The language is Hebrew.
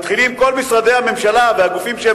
מתחילים כל משרדי הממשלה והגופים שהם